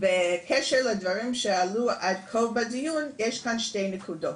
וכשל הדברים שעלו עד כה בדיון יש כאן שתי נקודות.